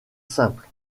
simple